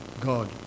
God